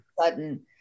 sudden